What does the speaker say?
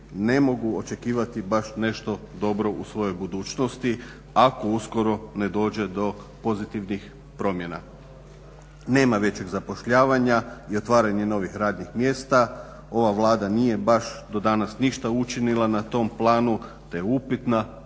ne mogu očekivati baš nešto dobro u svojoj budućnosti ako uskoro ne dođe do pozitivnih promjena. Nema većeg zapošljavanja i otvaranje novih radnih mjesta. Ova Vlada nije baš do danas ništa učinila na tom planu, te je upitna